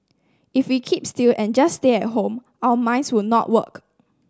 if we keep still and just stay at home our minds will not work